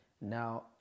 Now